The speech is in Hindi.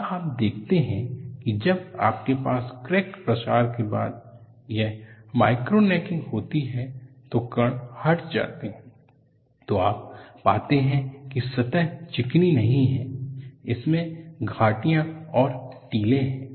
और आप देखते हैं कि जब आपके पास क्रैक प्रसार के बाद यह माइक्रो नेकिंग होती है तो कण हट जाते हैं तो आप पाते हैं कि सतह चिकनी नहीं है इसमें घाटियां और टीले हैं